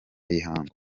y’ihangu